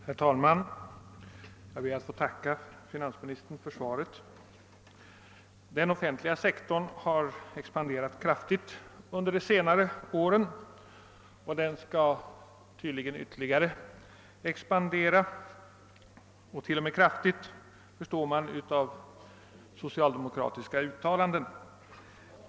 Herr talman! Jag ber att få tacka finansministern för svaret. Den offentliga sektorn har expanderat kraftigt under senare år, och den skall tydligen ytterligare expandera — t.o.m. kraftigt, förstår man av socialdemokratiska uttalanden.